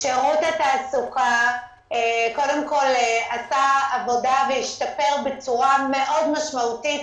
שירות התעסוקה עשה עבודה והשתפר בצורה מאוד משמעותית,